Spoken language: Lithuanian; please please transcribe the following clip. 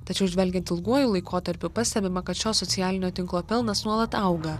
tačiau žvelgiant ilguoju laikotarpiu pastebima kad šio socialinio tinklo pelnas nuolat auga